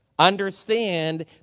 understand